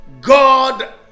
God